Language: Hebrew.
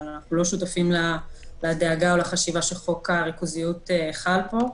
אבל אנחנו לא שותפים לדאגה או לחשיבה שחוק הריכוזיות חל פה.